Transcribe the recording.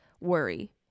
worry